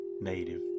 native